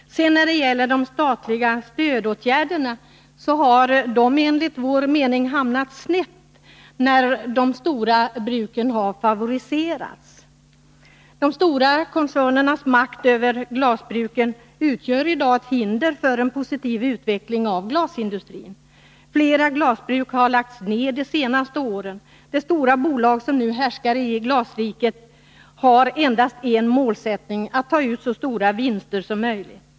De statliga stödåtgärderna har enligt vår mening hamnat snett, när de stora glasbruken har favoriserats. De stora koncernernas makt över glasbruken utgör i dag ett hinder för en positiv utveckling av glasindustrin. Flera glasbruk har lagts ned de senaste åren. De stora bolag som nu härskar i ”Glasriket” har endast en målsättning: att ta ut så stora vinster som möjligt.